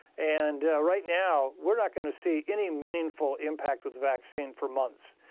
and, right now, we're not going to see any meaningful impact with the vaccine for months.